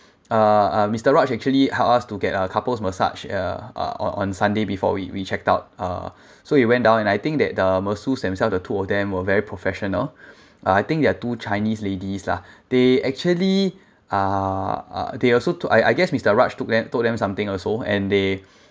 uh uh mister raj actually helped us to get a couple's massage uh uh on on sunday before we we checked out uh so we went down and I think that the masseuse themselves the two of them were very professional I think there are two chinese ladies lah they actually uh uh they also to~ I I guess mister raj took them told them something also and they